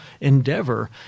endeavor